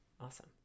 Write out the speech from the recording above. awesome